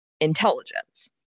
intelligence